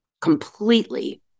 Completely